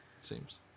seems